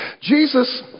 Jesus